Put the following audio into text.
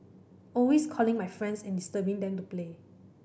always calling my friends and disturbing them to play